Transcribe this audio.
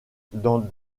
dans